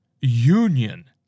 union